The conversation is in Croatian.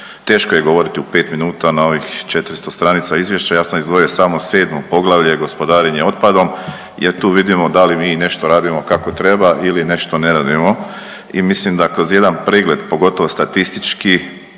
Teško je govoriti u 5 minuta na ovih 400 stranica izvješća. Ja sam izdvojio samo 7 poglavlje gospodarenje otpadom jer tu vidimo da li mi nešto radimo kako treba ili nešto ne radimo. I mislim da kroz jedan pregled pogotovo statistički